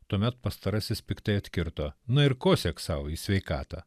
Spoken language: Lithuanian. tuomet pastarasis piktai atkirto na ir kosėk sau į sveikatą